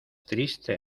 triste